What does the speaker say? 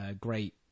great